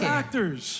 actors